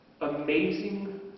amazing